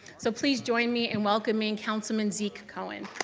so please join me in welcoming councilman zeke cohen.